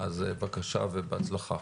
אז בבקשה ובהצלחה.